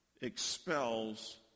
expels